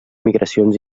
migracions